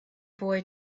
boy